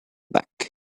back